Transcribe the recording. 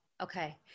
Okay